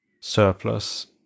surplus